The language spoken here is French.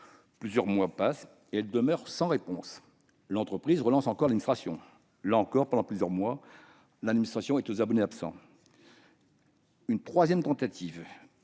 Plusieurs mois passent et cette demande demeure sans réponse. L'entreprise relance l'administration. Là encore, pendant plusieurs mois, l'administration reste aux abonnés absents. Une troisième tentative